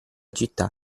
città